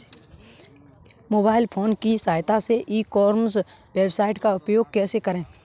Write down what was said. Mobile phone की सहायता से ई कॉमर्स वेबसाइट का उपयोग कैसे करें?